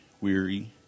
weary